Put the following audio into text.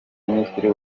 minisitiri